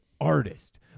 artist